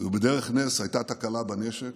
ובדרך נס הייתה תקלה בנשק.